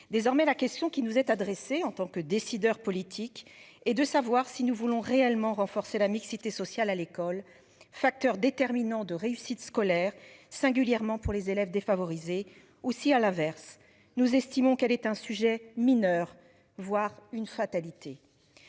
Désormais, la question qui nous est adressé, en tant que décideur politique est de savoir si nous voulons réellement renforcer la mixité sociale à l'école facteur déterminant de réussite scolaire, singulièrement pour les élèves défavorisés ou si à l'inverse, nous estimons qu'elle est un sujet mineur voire une fatalité.